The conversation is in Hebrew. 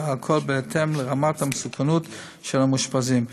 הכול בהתאם לרמת המסוכנות של המאושפזים.